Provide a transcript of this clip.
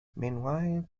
meanwhile